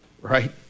Right